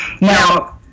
Now